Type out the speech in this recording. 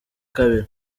kabiri